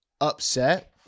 upset